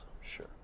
Sure